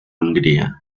hungría